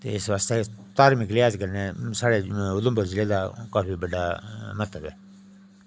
इस बास्तै धार्मिक लिहाज़ कन्नै साढ़े उधमपुर दा काफी बड्डा महत्व ऐ